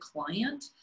client